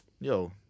yo